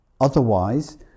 Otherwise